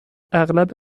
اغلب